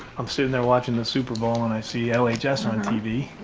i'm sitting there watching the super bowl and i see ellie jess on tv.